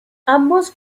ambos